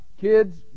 kids